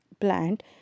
plant